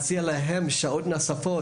להציע להם שעות נוספות,